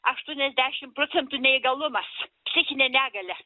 aštuoniasdešimt procentų neįgalumas psichinė negalia